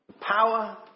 Power